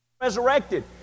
resurrected